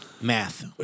Math